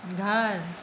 घर